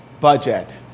budget